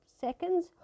seconds